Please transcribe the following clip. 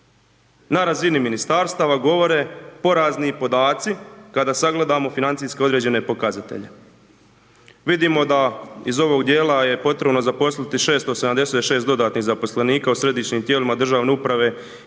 na razini ministarstava govore porazni podaci kada sagledamo financijski određene pokazatelje. Vidimo da iz ovog dijela je potrebno zaposliti 676 dodatnih zaposlenika u Središnjim tijelima državne uprave